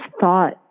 thought